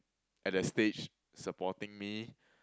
at the stage supporting me